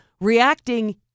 reacting